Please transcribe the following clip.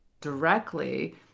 directly